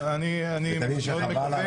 10:35.